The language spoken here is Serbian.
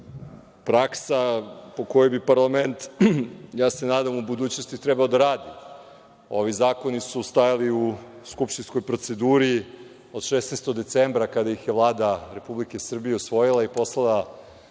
praksa po kojoj bi parlament, ja se nadam, u budućnosti trebao da radi. Ovi zakoni su stajali u skupštinskoj proceduri od 16. decembra, kada ih je Vlada Republike Srbije usvojila i poslala